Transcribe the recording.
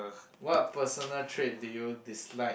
what personal trait do you dislike